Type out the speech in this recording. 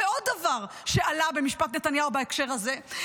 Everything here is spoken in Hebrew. ועוד דבר שעלה במשפט נתניהו בהקשר הזה,